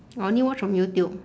I only watch from youtube